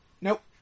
nope